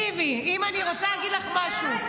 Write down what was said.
תקשיבי, אם אני רוצה להגיד לך משהו --- ממש לא.